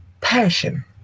passion